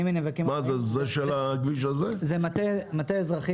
זה מטה אזרחי